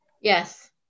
Yes